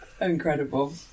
Incredible